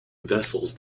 vessels